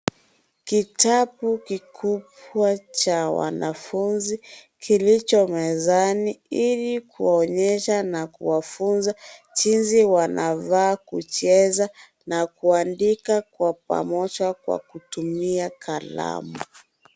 Kitabu kikubwa cha wanafunzi kilicho mezani ili kuonyesha na kuwafunza jinsi wanafaa kucheza na kuandika Kwa pamoja kwa kutumia kalamu.